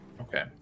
Okay